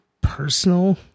personal